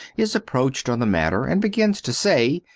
is approached on the matter, and begins to say,